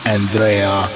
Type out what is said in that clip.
Andrea